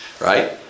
right